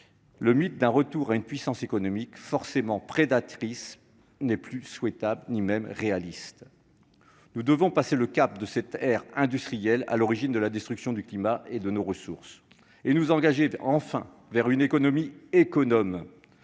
le mythe d'un retour à une puissance économique forcément prédatrice n'est ni souhaitable ni même réaliste. Nous devons passer le cap de cette ère industrielle, responsable de la destruction du climat et de nos ressources, pour nous engager enfin vers une économie économe,